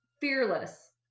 fearless